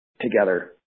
together